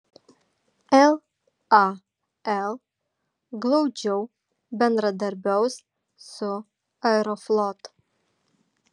lal glaudžiau bendradarbiaus su aeroflot